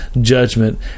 judgment